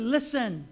Listen